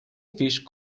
fish